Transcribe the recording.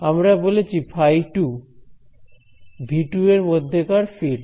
আমরা বলেছি φ2 V 2 এর মধ্যেকার ফিল্ড